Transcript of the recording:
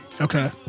Okay